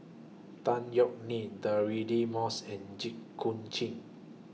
Tan Yeok Nee Deirdre Moss and Jit Koon Ch'ng